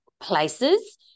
places